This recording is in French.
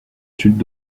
sud